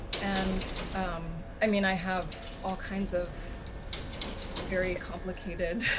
and i mean i have all kinds of very complicated